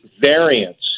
variants